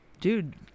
Dude